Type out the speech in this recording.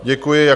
Děkuji.